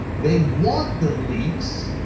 they want the leaks,